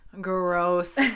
Gross